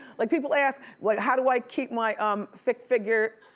like people ask, like how do i keep my um thick figure